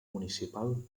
municipal